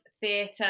theatre